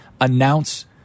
announce